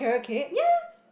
yea